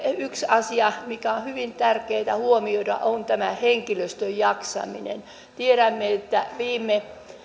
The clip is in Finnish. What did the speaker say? yksi asia mikä on hyvin tärkeätä huomioida on tämä henkilöstön jaksaminen tiedämme että viime